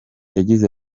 yagize